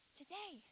today